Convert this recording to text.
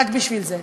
רק בשביל זה.